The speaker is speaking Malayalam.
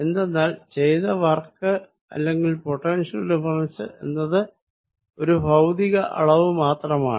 എന്തെന്നാൽ ചെയ്ത വർക്ക് അല്ലെങ്കിൽ പൊട്ടൻഷ്യൽ ഡിഫറെൻസ് എന്നത് ഒരു ഭൌതിക അളവ് മാത്രമാണ്